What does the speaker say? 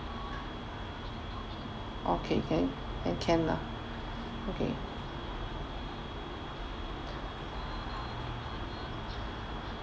okay can then can lah okay